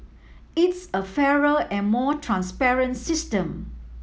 it's a fairer and more transparent system